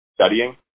studying